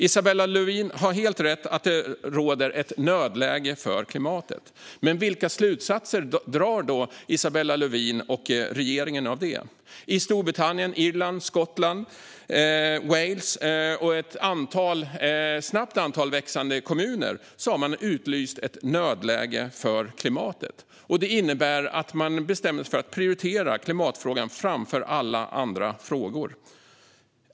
Isabella Lövin har helt rätt i att det råder ett nödläge för klimatet. Men vilka slutsatser drar då hon och regeringen av det? I Storbritannien, Irland, Skottland, Wales och ett stort och växande antal kommuner har man utlyst nödläge för klimatet. Det innebär att man bestämmer sig för att prioritera klimatfrågan framför alla andra frågor.